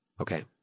Okay